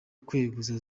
kweguza